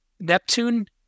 Neptune